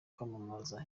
kwamamaza